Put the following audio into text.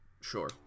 Sure